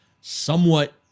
somewhat